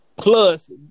Plus